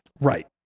Right